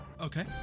Okay